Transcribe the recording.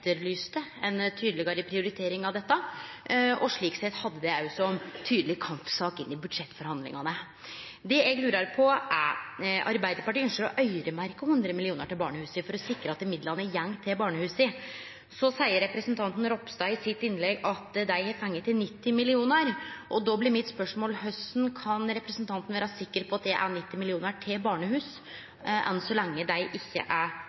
prioritering av dette og slik sett òg hadde det som ei tydeleg kampsak i budsjettforhandlingane. Det eg lurer på, er: Arbeidarpartiet ønskjer å øyremerkje 100 mill. kr til barnehusa for å sikre at midlane går til barnehusa. Så seier representanten Ropstad i sitt innlegg at dei vil løyve 90 mill. kr. Då blir spørsmålet mitt: Korleis kan representanten vere sikker på at det er 90 mill. kr til barnehus, så lenge dei ikkje er